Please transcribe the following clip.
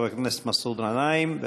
חבר הכנסת מסעוד גנאים,